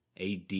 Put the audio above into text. AD